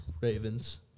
Ravens